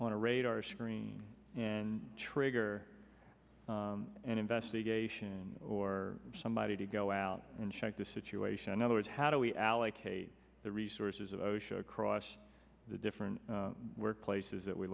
on a radar screen and trigger an investigation or somebody to go out and check the situation in other words how do we allocate the resources of osha across the different workplaces that we